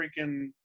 freaking